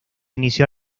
inició